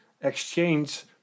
exchange